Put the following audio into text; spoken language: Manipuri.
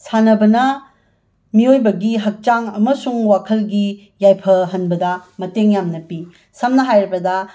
ꯁꯥꯟꯅꯕꯅ ꯃꯤꯑꯣꯏꯕꯒꯤ ꯍꯛꯆꯥꯡ ꯑꯃꯁꯨꯡ ꯋꯥꯈꯜꯒꯤ ꯌꯥꯏꯐꯍꯟꯕꯗ ꯃꯇꯦꯡ ꯌꯥꯝꯅ ꯄꯤ ꯁꯝꯅ ꯍꯥꯏꯔꯕꯗ